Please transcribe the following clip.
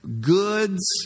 goods